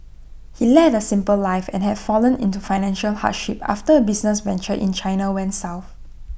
he led A simple life and had fallen into financial hardship after A business venture in China went south